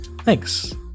Thanks